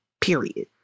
period